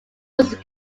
was